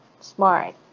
smart